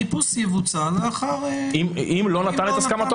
החיפוש יבוצע לאחר הסכמתו.